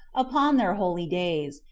upon their holy days,